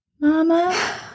Mama